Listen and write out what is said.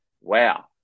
Wow